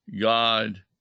God